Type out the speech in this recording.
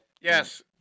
Yes